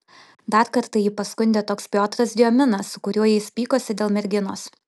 dar kartą jį paskundė toks piotras diominas su kuriuo jis pykosi dėl merginos